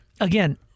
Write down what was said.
again